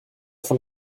von